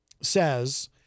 says